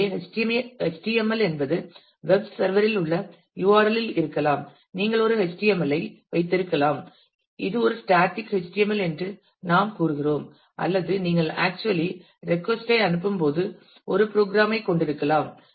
எனவே HTML என்பது web server இல் உள்ள URL இல் இருக்கலாம் நீங்கள் ஒரு HTML ஐ வைத்திருக்கலாம் இது ஒரு static HTML என்று நாம் கூறுகிறோம் அல்லது நீங்கள் ஆக்சுவலி ரெட்கொஸ்ட் ஐ அனுப்பும்போது ஒரு ப்ரோக்ராம் ஐ கொண்டிருக்கலாம்